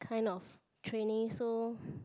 kind of training so